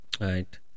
Right